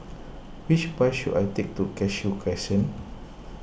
which bus should I take to Cashew Crescent